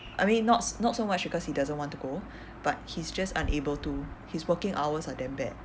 I mean not not so much because he doesn't want to go but he's just unable to his working hours are damn bad